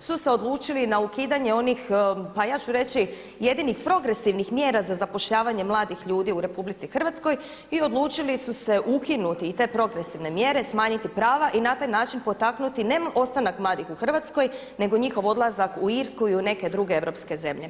su se odlučili na ukidanje onih pa ja ću reći jedinih progresivnih mjera za zapošljavanje mladih ljudi u RH i odlučili su se ukinuti i te progresivne mjere, smanjiti prava i na taj način potaknuti ne ostanak mladih u Hrvatskoj nego njihov odlazak u Irsku i u neke druge europske zemlje.